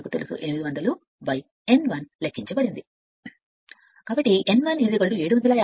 25 n 0 లెక్కించబడింది 800 n 1 వేగం మనకు తెలుసు